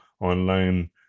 online